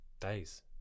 days